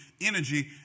energy